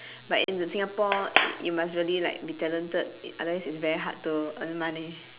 but in singapore you must really like be talented unless it's very hard to earn money